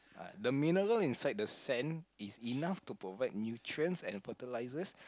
the mineral inside the sand is enough to provide nutrients and fertilisers